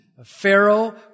Pharaoh